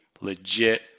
legit